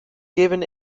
given